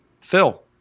Phil